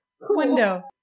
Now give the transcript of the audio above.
window